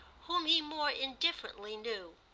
whom he more indifferently knew,